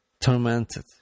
tormented